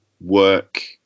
work